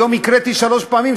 היום הקראתי שלוש פעמים,